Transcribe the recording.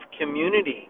community